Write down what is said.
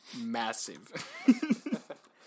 Massive